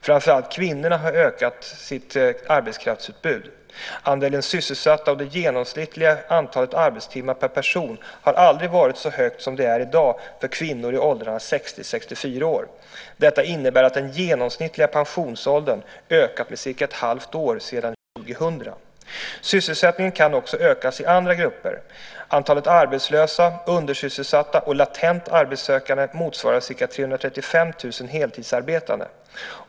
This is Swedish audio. Framför allt kvinnorna har kraftigt ökat sitt arbetskraftsutbud. Andelen sysselsatta och det genomsnittliga antalet arbetstimmar per person har aldrig varit så högt som det är i dag för kvinnor i åldrarna 60-64 år. Detta innebär att den genomsnittliga pensionsåldern ökat med cirka ett halvt år sedan 2000. Sysselsättningen kan också ökas i andra grupper. Antalet arbetslösa, undersysselsatta och latent arbetssökande motsvarar ca 335 000 heltidsarbetande.